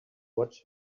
watch